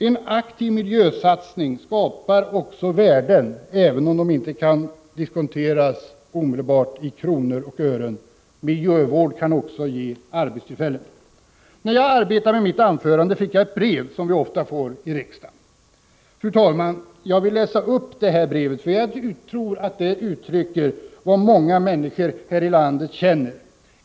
En aktiv miljösatsning skapar också värden, även om de inte omedelbart kan diskonteras i kronor och ören. Miljövård ger även arbetstillfällen. Fru talman! När jag arbetade med mitt anförande fick jag ett brev, som vi ofta får i riksdagen. Jag vill läsa upp det, för jag tror att det uttrycker vad många människor här i landet känner.